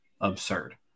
absurd